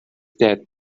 that